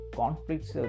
conflicts